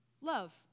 Love